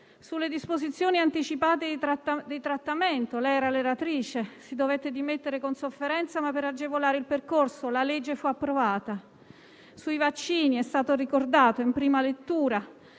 sulle disposizioni anticipate di trattamento. Lei era relatrice e si dovette dimettere con sofferenza per agevolare il percorso. La legge fu approvata. Sul provvedimento sui vaccini - è stato ricordato - in prima lettura